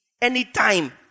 Anytime